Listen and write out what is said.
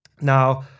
Now